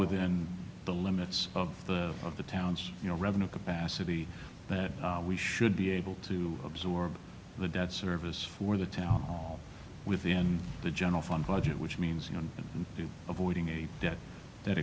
within the limits of the of the town's you know revenue capacity that we should be able to absorb the debt service for the tao within the general fund budget which means you know avoiding a debt that